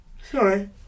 sorry